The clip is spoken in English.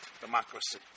democracy